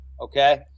Okay